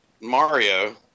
Mario